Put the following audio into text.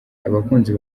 abakunzi